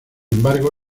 embargo